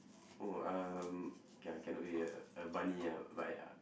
oh um okay I cannot a a bunny ah but ya